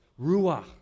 ruach